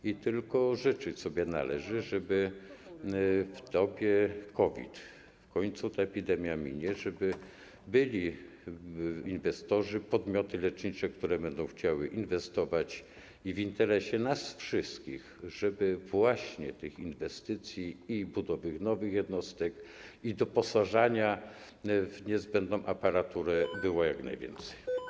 I tylko życzyć sobie należy, żeby w dobie COVID - w końcu ta epidemia minie - byli inwestorzy, były podmioty lecznicze, które będą chciały inwestować, w interesie nas wszystkich, żeby właśnie tych inwestycji, budowy nowych jednostek i doposażania w niezbędną aparaturę było jak najwięcej.